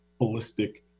holistic